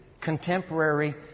contemporary